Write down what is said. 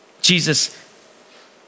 Jesus